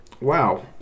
Wow